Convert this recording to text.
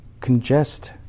congest